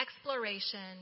exploration